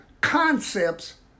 concepts